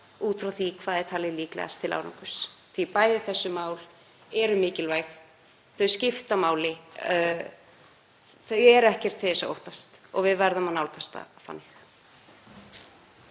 út frá því hvað er talið líklegast til árangurs því að bæði þessi mál eru mikilvæg. Þau skipta máli. Þau eru ekkert til að óttast og við verðum að nálgast það þannig.